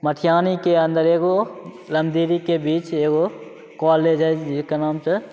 मटिहानीके अन्दर एगो रामदिरीके बीच एगो कॉलेज हइ जकर नाम छै